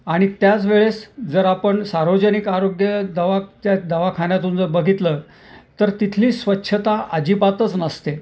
आणि त्याच वेळेस जर आपण सार्वजनिक आरोग्य दवाच्या दवाखान्यातून जर बघितलं तर तिथली स्वच्छता अजिबातच नसते